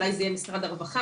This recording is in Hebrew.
אולי זה יהיה משרד הרווחה,